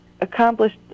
accomplished